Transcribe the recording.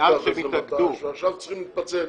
ועכשיו הם צריכים להתפצל.